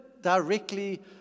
directly